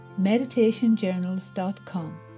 meditationjournals.com